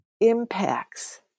impacts